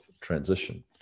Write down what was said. transition